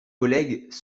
collègues